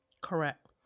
Correct